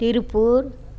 Tiruppur